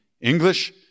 English